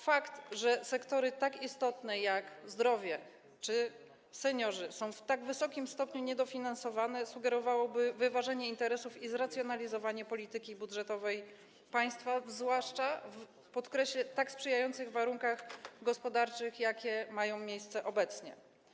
Fakt, że sektory tak istotne jak dotyczące zdrowia czy seniorów są w tak wysokim stopniu niedofinansowane, sugerowałby wyważenie interesów i zracjonalizowanie polityki budżetowej państwa, zwłaszcza w, podkreślę, tak sprzyjających warunkach gospodarczych, jakie mają miejsce obecnie.